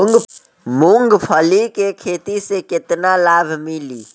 मूँगफली के खेती से केतना लाभ मिली?